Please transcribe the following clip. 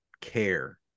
care